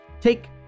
Take